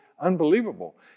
unbelievable